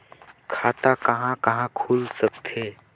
खाता कहा कहा खुल सकथे?